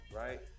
right